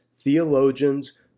theologians